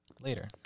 Later